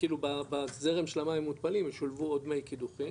כאילו בזרם של המים המותפלים שולבו עוד מי קידוחים,